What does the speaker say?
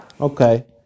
Okay